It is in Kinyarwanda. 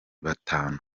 batanu